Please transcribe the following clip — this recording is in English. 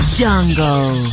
jungle